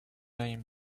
laying